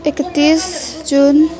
एकतिस जुन